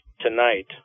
tonight